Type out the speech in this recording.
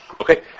Okay